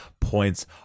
points